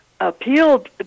appealed